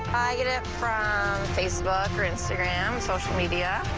i get it from facebook or instagram, social media.